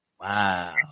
Wow